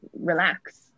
relax